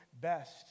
best